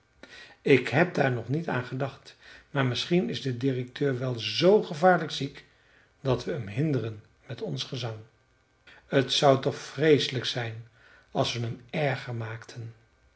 ik heb daar nog niet aan gedacht maar misschien is de directeur wel z gevaarlijk ziek dat we hem hinderen met ons gezang t zou toch vreeselijk zijn als we hem erger maakten